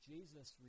Jesus